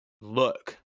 look